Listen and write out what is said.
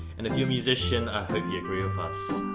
and if you're musician, i hope you agree with us.